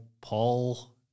Paul